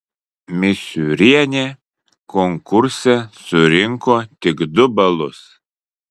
misiūrienė konkurse surinko tik du balus